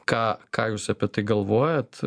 ką ką jūs apie tai galvojat